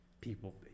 people